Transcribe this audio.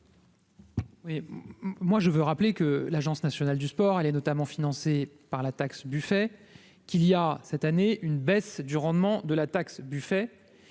moi je veux rappeler que l'Agence nationale du sport, elle est notamment financée par la taxe Buffet qu'il y a cette année une baisse du rendement de la taxe Buffet